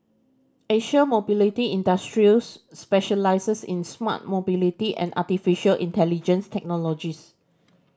Asia Mobility Industries specialises in smart mobility and artificial intelligence technologies